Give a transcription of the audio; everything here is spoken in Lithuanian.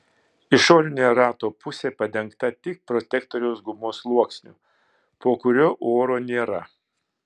išorinė rato pusė padengta tik protektoriaus gumos sluoksniu po kuriuo oro nėra